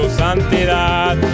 santidad